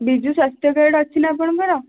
ବିଜୁସ୍ୱାସ୍ଥ୍ୟ card ଅଛି ନା ଆପଣଙ୍କର